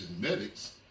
genetics